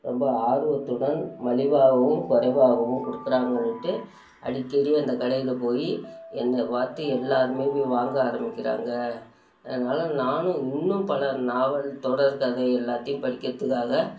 ரொம்ப ஆர்வத்துடன் மலிவாகவும் குறைவாகவும் கொடுக்குறாங்கன்ட்டு அடிக்கடி அந்த கடையில் போய் என்னை பார்த்து எல்லாேருமே போய் வாங்க ஆரம்மிக்கிறாங்க அதனால நானும் இன்னும் பல நாவல் தொடர் கதை எல்லாத்தையும் படிக்கிறதுக்காக